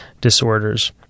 disorders